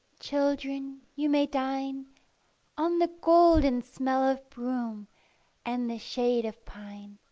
children, you may dine on the golden smell of broom and the shade of pine